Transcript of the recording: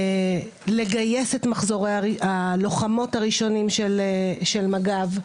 לגייס את מחזורי הלוחמות הראשונים של מג"ב,